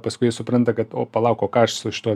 paskui jie supranta kad o palauk o ką aš su šituo